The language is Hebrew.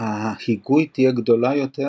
ההיגוי תהיה גדולה יותר,